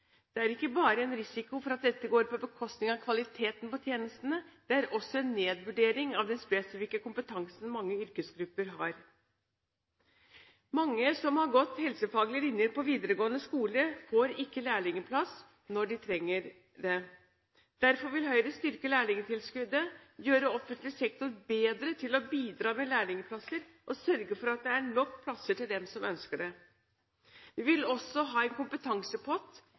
Det er ikke bare en risiko for at dette går på bekostning av kvaliteten på tjenestene, det er også en nedvurdering av den spesifikke kompetansen mange yrkesgrupper har. Mange som har gått på helsefaglige linjer på videregående skole, får ikke lærlingplass når de trenger det. Derfor vil Høyre styrke lærlingtilskuddet, gjøre offentlig sektor bedre til å bidra med lærlingplasser og sørge for at det er nok plasser til dem som ønsker det. Vi vil også ha en kompetansepott